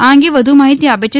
આ અંગે વધુ માહિતી આપે છે